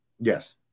Yes